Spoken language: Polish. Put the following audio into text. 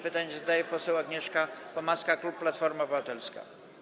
Pytanie zadaje poseł Agnieszka Pomaska, klub Platforma Obywatelska.